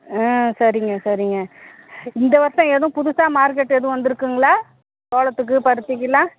ஆ சரிங்க சரிங்க இந்த வருடம் எதுவும் புதுசாக மார்க்கெட்டு எதுவும் வந்துருக்குதுங்களா சோளத்துகு பருத்திக்கலாம்